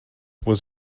was